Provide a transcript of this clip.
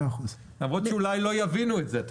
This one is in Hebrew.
למרות שאולי לא יבינו את זה.